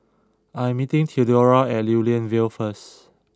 I am meeting Theodora at Lew Lian Vale first